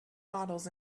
models